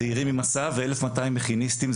צעירים ממסע ו-1,200 מכיניסטים,